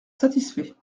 satisfait